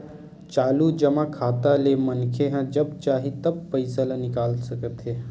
चालू जमा खाता ले मनखे ह जब चाही तब पइसा ल निकाल सकत हे